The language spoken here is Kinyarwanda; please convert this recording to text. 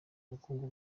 ubukungu